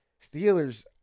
Steelers